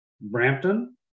Brampton